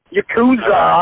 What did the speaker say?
Yakuza